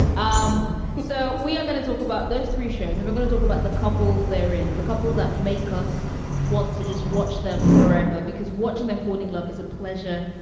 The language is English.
um so we are going to talk about those three shows. i'm going to talk about the couples there in the couples that make us want to just watch them forever, because watching them falling love is a pleasure.